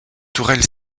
tourelle